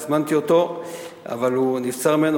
הזמנתי אותו אבל נבצר ממנו,